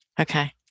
Okay